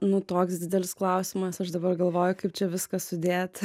nu toks didelis klausimas aš dabar galvoju kaip čia viską sudėt